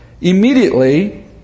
Immediately